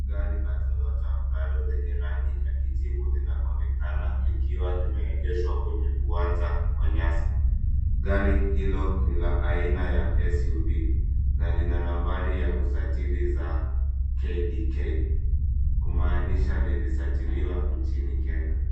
Gari ya Toyota Prado yenye rangi ya kijivu linaonekana likiwa lime egeshwa kwenye uwanja wa nyasi gari hilo ni la aina ya SUV na lina nambari ya usajili za KDK kumaanisha lili sajiliwa nchini Kenya.